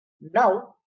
Now